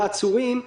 העצורים.